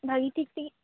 ᱵᱷᱟᱹᱜᱤ ᱴᱷᱤᱠ ᱛᱮᱜᱮ